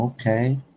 okay